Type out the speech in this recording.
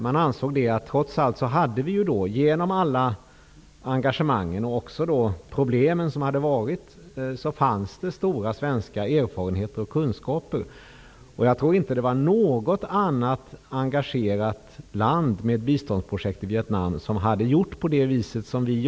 Man ansåg att det då trots allt, genom alla de engagemang och även problem som hade förekommit, fanns stora svenska erfarenheter och kunskaper att utnyttja. Jag tror inte att något annat land som var engagerat i biståndsprojekt i Vietnam gjorde som vi.